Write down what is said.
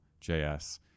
js